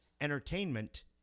entertainment